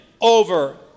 over